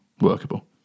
workable